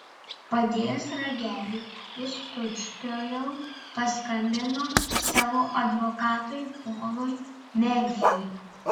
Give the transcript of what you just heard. padėjęs ragelį jis tučtuojau paskambino savo advokatui polui merfiui